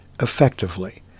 effectively